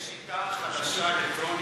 יש שיטה חדשה, אלקטרונית: